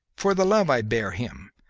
for the love i bear him,